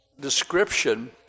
description